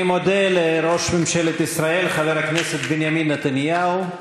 אני מודה לראש ממשלת ישראל חבר הכנסת בנימין נתניהו,